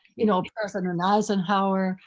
you know, person or eisenhower,